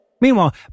Meanwhile